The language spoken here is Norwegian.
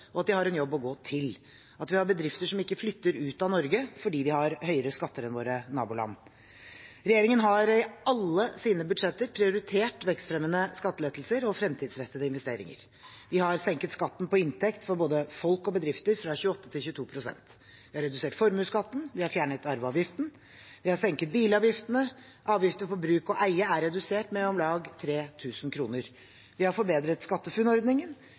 og at de har en jobb å gå til, og at vi har bedrifter som ikke flytter ut av Norge fordi vi har høyere skatter enn våre naboland. Regjeringen har i alle sine budsjetter prioritert vekstfremmende skattelettelser og fremtidsrettede investeringer. Vi har senket skatten på inntekt for både folk og bedrifter fra 28 til 22 pst. Vi har redusert formuesskatten, vi har fjernet arveavgiften, og vi har senket bilavgiftene ved at avgiftene på bruk og eie er redusert med om lag 3 000 kr. Vi har forbedret